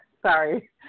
Sorry